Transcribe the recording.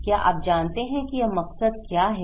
क्या आप जानते हैं कि यह मकसद क्या है